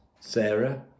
Sarah